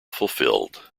fulfilled